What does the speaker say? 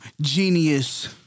Genius